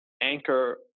anchor